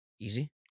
Easy